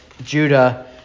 Judah